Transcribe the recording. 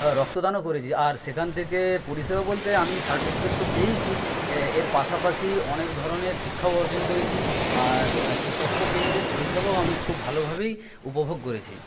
রক্তদানও করেছি আর সেখান থেকে পরিষেবা বলতে আমি সার্টিফিকেট তো পেয়েইছি এর পাশাপাশি অনেক ধরণের শিক্ষাও অর্জন করেছি আর সুস্বাস্থ্য কেন্দ্রের পরিষেবাও আমি খুব ভালোভাবেই উপভোগ করেছি